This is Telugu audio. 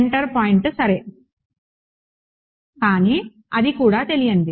సెంటర్ పాయింట్ సరే కానీ అది కూడా తెలియనిది